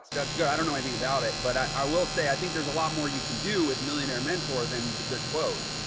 it's yeah it's good. i don't know anything about it, but i will say, i think there's a lot more you can do with millionaire mentor than the good quote.